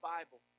Bible